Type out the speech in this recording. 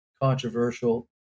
controversial